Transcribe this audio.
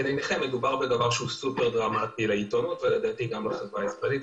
מדובר בדבר שהוא מאוד דרמטי לעיתונות ולדעתי גם לחברה הישראלית,